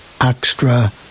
extra